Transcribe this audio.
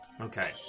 Okay